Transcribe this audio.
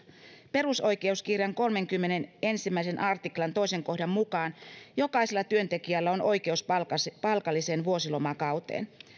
perusoikeuskirjan kolmannenkymmenennenensimmäisen artiklan toisen kohdan mukaan jokaisella työntekijällä on oikeus palkalliseen palkalliseen vuosilomakauteen